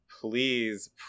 please